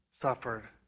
suffered